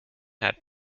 had